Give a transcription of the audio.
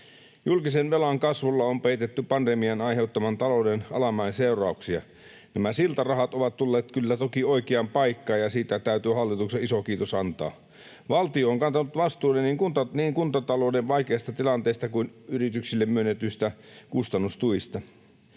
Julkisen velan kasvulla on peitetty pandemian aiheuttaman talouden alamäen seurauksia. Nämä siltarahat ovat tulleet kyllä toki oikeaan paikkaan, ja siitä täytyy hallitukselle iso kiitos antaa. Valtio on kantanut vastuun niin kuntatalouden vaikeasta tilanteesta kuin yrityksille myönnetyistä kustannustuista.